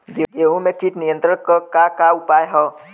गेहूँ में कीट नियंत्रण क का का उपाय ह?